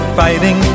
fighting